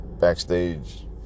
backstage